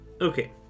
Okay